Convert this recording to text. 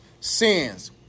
sins